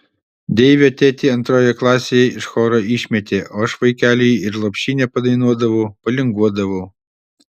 deivio tėtį antroje klasėje iš choro išmetė o aš vaikeliui ir lopšinę padainuodavau palinguodavau